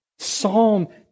Psalm